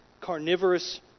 carnivorous